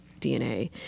DNA